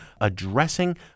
addressing